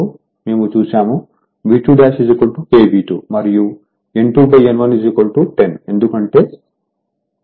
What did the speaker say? V2 k V2 మరియు N2N110 ఎందుకు అంటే అధిక ఓల్టేజ్ వైపు 2000 వోల్ట్స్